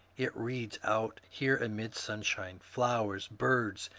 it reads out here amid sunshine, flowers, birds,